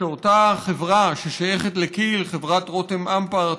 שאותה חברה ששייכת לכי"ל, חברת רותם אמפרט,